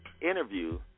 interview